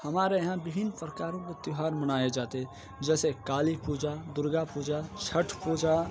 हमारे यहाँ विभिन्न प्रकारों के त्योहार मनाए जाते हैं जैसे काली पूजा दुर्गा पूजा छठ पूजा